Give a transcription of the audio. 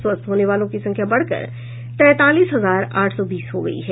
स्वस्थ होने वालों की संख्या बढ़कर तैंतालीस हजार आठ सौ बीस हो गयी है